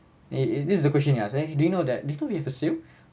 it it this the question they ask me do you know that later we have a sale